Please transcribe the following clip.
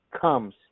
comes